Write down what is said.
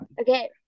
Okay